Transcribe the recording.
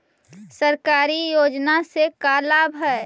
सरकारी योजना से का लाभ है?